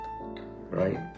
right